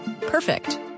Perfect